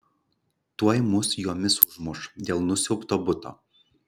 tuoj mus jomis užmuš dėl nusiaubto buto